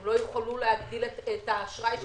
הם לא יוכלו להגדיל את האשראי שלהם,